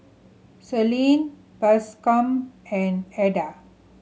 Celine Bascom and Eda